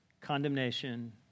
condemnation